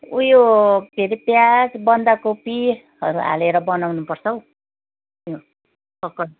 ऊ यो के अरे प्याज बन्दाकोपीहरू हालेर बनाउनुपर्छ हौ त्यो पकौडा